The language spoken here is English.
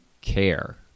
care